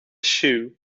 shoe